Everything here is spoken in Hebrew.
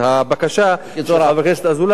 הבקשה של חבר הכנסת אזולאי היא,